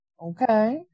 Okay